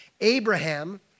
Abraham